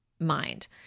mind